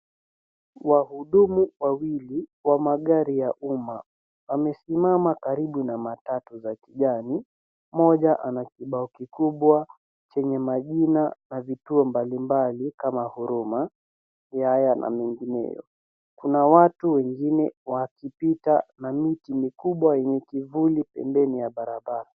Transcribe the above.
Wahudumu wawili wa magari ya umma wamesimama karibu na matatu za kijani , mmoja ana kibao kikubwa chenye majina na vituo mbalimbali kama Huruma, Yaya na mengineyo. Kuna watu wengine wakipita na miti mikubwa yenye kivuli pembeni ya barabara.